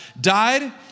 died